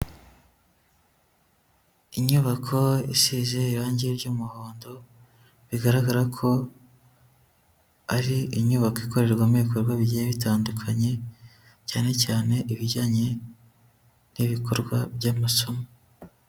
Inyubako isize irange ry'umuhondo, bigaragara ko ari inyubako ikorerwamo ibikorwa bigiye bitandukanye, cyane cyane ibijyanye n'ibikorwa by'amasomo.